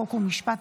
חוק ומשפט,